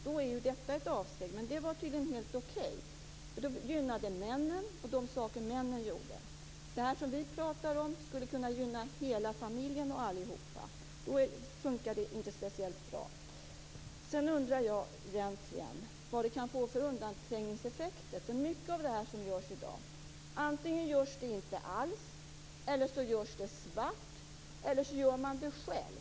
Då är detta ett avsteg, men det är tydligen helt okej. Det gynnar männen och de saker män gör. Det som vi pratar om kan gynna hela familjen. Men då fungerar det inte speciellt bra. Jag undrar vad det blir för undanträngningseffekter. I dag är det mycket som antingen inte görs alls, görs svart eller så gör man det själv.